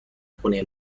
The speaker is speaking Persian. خونه